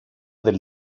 del